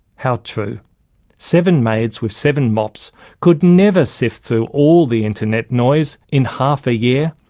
how true seven maids with seven mops could never sift through all the internet noise in half a year,